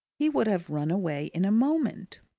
he would have run away in a moment.